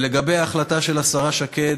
לגבי ההחלטה של השרה שקד,